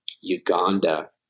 Uganda